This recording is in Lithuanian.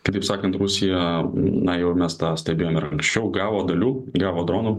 kitaip sakant rusija na jau mes tą stebėjom ir anksčiau gavo dalių gavo dronų